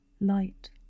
Light